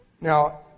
now